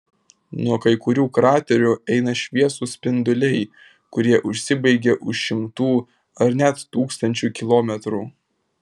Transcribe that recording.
nuo kai kurių kraterių eina šviesūs spinduliai kurie užsibaigia už šimtų ar net tūkstančių kilometrų